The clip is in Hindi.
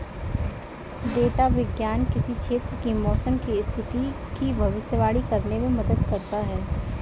डेटा विज्ञान किसी क्षेत्र की मौसम की स्थिति की भविष्यवाणी करने में मदद करता है